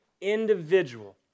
individual